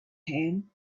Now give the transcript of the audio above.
hand